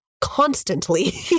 constantly